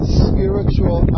spiritual